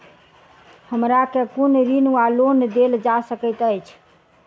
हमरा केँ कुन ऋण वा लोन देल जा सकैत अछि?